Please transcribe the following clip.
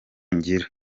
ngira